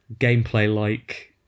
gameplay-like